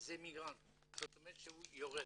זה אימגרנט, זאת אומרת שהוא יורד.